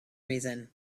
reason